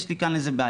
יש לי כאן בעיה,